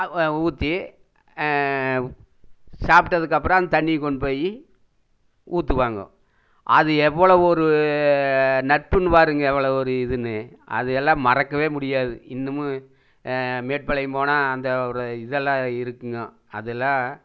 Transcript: ஊற்றி சாப்பிட்டதுக்கப்பறம் அந்த தண்ணியை கொண்டு போய் ஊற்றுவாங்கோ அது எவ்வளோ ஒரு நட்புனுபாருங்க எவ்வளோ ஒரு இதுன்னு அது எல்லாம் மறக்கவே முடியாது இன்னமும் மேட்டுப்பாளையம் போனால் அந்த ஒரு இதெல்லாம் இருக்குங்க அதல்லாம்